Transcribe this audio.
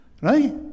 right